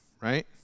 right